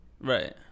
Right